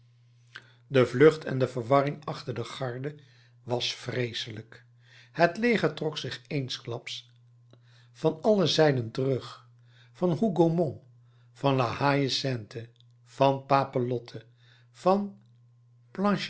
de vlucht en de verwarring achter de garde was vreeselijk het leger trok zich eensklaps van alle zijden terug van hougomont van la haie sainte van papelotte van